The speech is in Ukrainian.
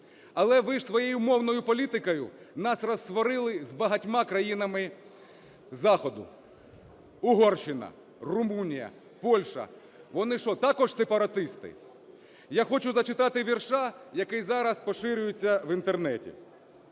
але ж ви своєю мовною політикою нас розсварили з багатьма країнами Заходу. Угорщина, Румунія, Польща – вони що, також сепаратисти? Я хочу зачитати вірша, який зараз поширюється в Інтернеті.